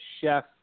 chef